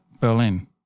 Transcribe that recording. Berlin